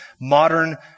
modern